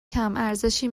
کمارزشی